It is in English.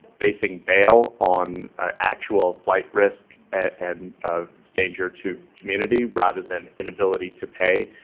basing bail on actual flight risk and ah danger to community, rather than inability to pay,